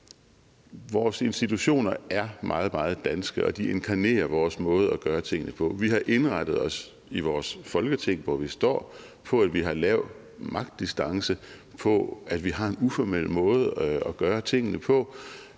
Vores institutioner er meget, meget danske, og de inkarnerer vores måde at gøre tingene på. Vi har indrettet os i vores Folketing, hvor vi står, på, at vi har lav magtdistance, på, at vi har en uformel måde at gøre tingene.